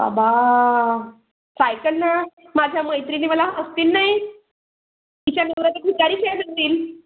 अबा सायकल ना माझ्या मैत्रिणी मला हसतील नाही तिच्या नवरात